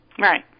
Right